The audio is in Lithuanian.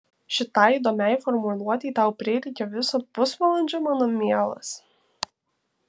šitai įdomiai formuluotei tau prireikė viso pusvalandžio mano mielas